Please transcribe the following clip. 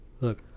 look